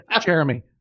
Jeremy